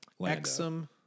Exum